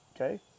okay